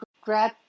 grab